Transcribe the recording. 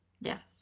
Yes